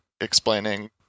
explaining